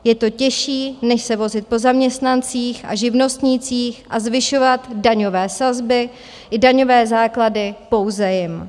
Je to těžší, než se vozit po zaměstnancích a živnostnících a zvyšovat daňové sazby i daňové základy pouze jim.